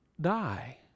die